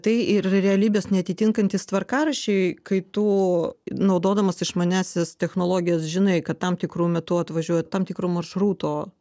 tai ir realybės neatitinkantys tvarkaraščiai kai tu naudodamas išmaniąsias technologijas žinai kad tam tikru metu atvažiuoja tam tikro maršruto